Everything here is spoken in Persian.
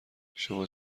شما